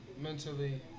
mentally